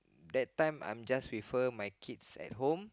that time I'm just with her my kids at home